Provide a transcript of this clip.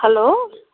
hello